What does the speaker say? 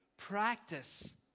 practice